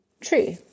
true